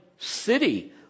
City